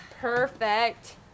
Perfect